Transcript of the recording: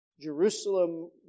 Jerusalem